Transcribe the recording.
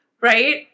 right